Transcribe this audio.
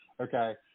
Okay